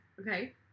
okay